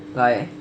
like